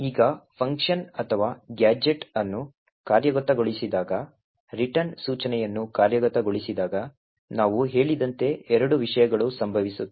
ಈಗ ಫಂಕ್ಷನ್ ಅಥವಾ ಗ್ಯಾಜೆಟ್ ಅನ್ನು ಕಾರ್ಯಗತಗೊಳಿಸಿದಾಗ ರಿಟರ್ನ್ ಸೂಚನೆಯನ್ನು ಕಾರ್ಯಗತಗೊಳಿಸಿದಾಗ ನಾವು ಹೇಳಿದಂತೆ ಎರಡು ವಿಷಯಗಳು ಸಂಭವಿಸುತ್ತವೆ